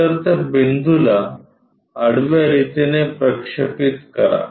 तर त्या बिंदूला आडव्या रितीने प्रक्षेपित करा